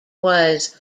was